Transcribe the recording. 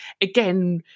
again